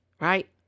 Right